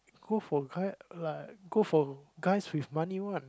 go for guy like go for guys with money one